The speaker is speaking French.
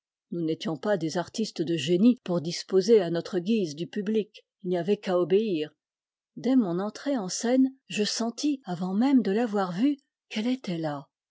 nous n'étions pas des artistes de génie pour disposer à notre guise du public il n'y avait qu'à obéir dès mon entrée en scène je sentis avant même de l'avoir vue qu'elle était là